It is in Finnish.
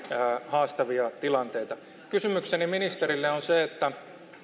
haastavia tilanteita kysymykseni ministerille on